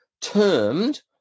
termed